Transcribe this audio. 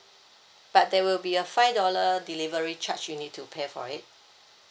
but there will be a five dollar delivery charge you need to pay for it